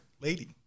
Lady